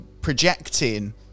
projecting